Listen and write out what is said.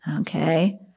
Okay